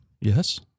Yes